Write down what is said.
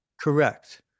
Correct